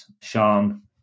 Sean